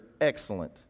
excellent